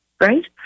right